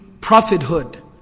Prophethood